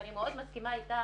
ואני מאוד מסכימה איתך,